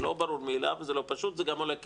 זה לא ברור מאליו, זה לא פשוט וזה גם עולה כסף.